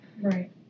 right